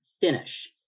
finish